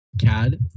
Cad